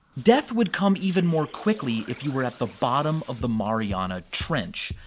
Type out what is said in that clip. death would come even more quickly if you were at the bottom of the mariana trench.